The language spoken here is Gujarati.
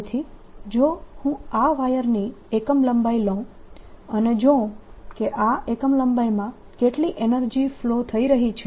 તેથી જો હું આ વાયરની એકમ લંબાઈ લઉં અને જોઉં કે આ એકમ લંબાઈમાં કેટલી એનર્જી ફ્લો થઇ રહી છે